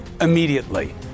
immediately